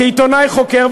כעיתונאי חוקר,